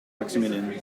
maximilian